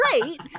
great